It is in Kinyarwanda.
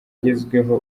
agezweho